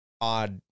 odd